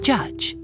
Judge